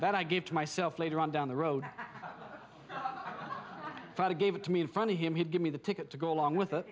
that i give to myself later on down the road father gave it to me in front of him he'd give me the ticket to go along with it